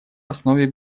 основе